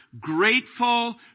grateful